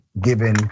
given